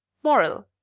moral.